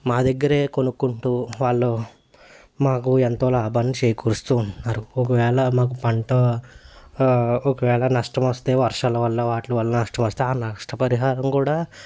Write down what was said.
మా దగ్గరే కొనుక్కుంటూ వాళ్ళు మాకు ఎంతో లాభాన్ని చేకూరుస్తూ ఉన్నారు ఒకవేళ మాకు పంట ఒక వేల నష్టం వస్తే వర్షాల వల్ల వాట్లవల్ల నష్టం వస్తే నష్టపరిహారం కూడా